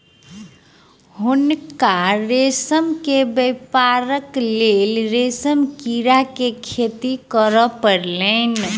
हुनका रेशम के व्यापारक लेल रेशम कीड़ा के खेती करअ पड़लैन